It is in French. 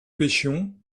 pêchions